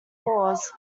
pause